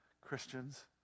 Christians